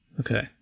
Okay